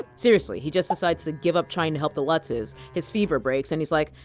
seriously he just decides to give up trying to help the lutzes, his fever breaks and he's like,